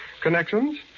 connections